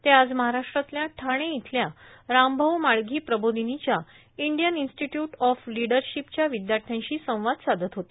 ते आज महाराष्ट्रातल्या ठाणे इथल्या रामभाऊ म्हाळगी प्रबोधिनीच्या इंडियन इन्स्टिट्यूट ऑफ लिडरशीपच्या विद्याथ्याशी संवाद साधत होते